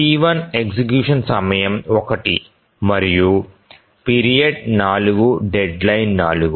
T1 execution సమయం 1 మరియు period 4 deadline 4